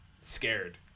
scared